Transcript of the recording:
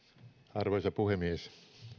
arvoisa puhemies